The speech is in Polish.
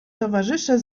towarzysze